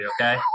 okay